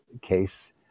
case